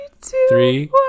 three